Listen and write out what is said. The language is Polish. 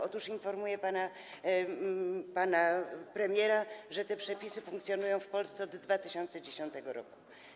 Otóż informuję pana premiera, że te przepisy funkcjonują w Polsce od 2010 r.